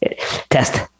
Test